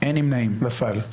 נפל.